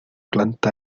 planta